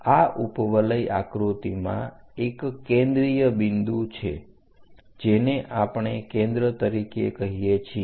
આ ઉપવલય આકૃતિમાં એક કેન્દ્રિય બિંદુ છે જેને આપણે કેન્દ્ર કહીએ છીએ